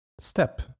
step